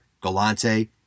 Galante